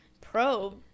probe